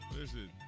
listen